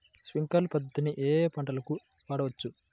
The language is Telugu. స్ప్రింక్లర్ పద్ధతిని ఏ ఏ పంటలకు వాడవచ్చు?